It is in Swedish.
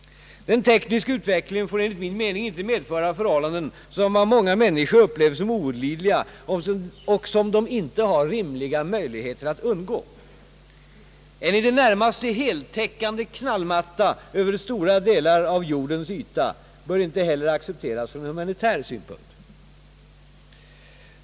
Den tekniska utvecklingen får enligt min mening inte medföra förhållanden som av många människor upplevs som olidliga och som de inte har rimliga möjligheter att undgå. En i det närmaste heltäckande knallmatta över stora delar av jordens yta bör inte heller accepteras från humanitär synpunkt.